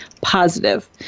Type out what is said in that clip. positive